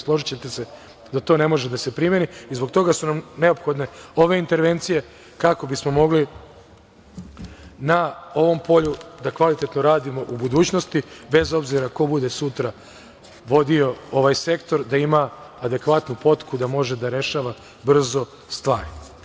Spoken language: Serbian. Složićete se da to ne može da se primeni i zbog toga su nam neophodne ove intervencije kako bismo mogli na ovom polju da kvalitetno radimo u budućnosti bez obzira ko bude sutra vodio ovaj sektor gde ima adekvatnu potku da može da rešava brzo stvari.